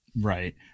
Right